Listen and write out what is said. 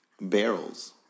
barrels